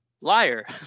Liar